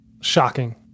shocking